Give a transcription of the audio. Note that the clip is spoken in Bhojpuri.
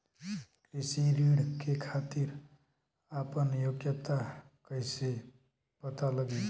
कृषि ऋण के खातिर आपन योग्यता कईसे पता लगी?